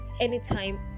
Anytime